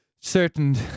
Certain